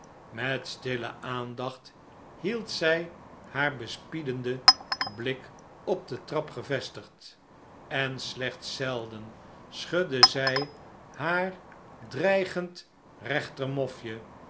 met stille aandacht hield zij haar bespiedenden blik op de trap gevestigd en slechts zelden schudde zij haar dreigend rechtermofje